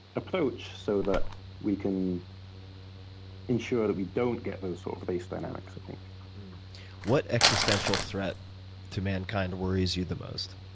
approach so that we can ensure that we don't get those sort of race dynamics, i think. what existential threat to mankind worries you the most,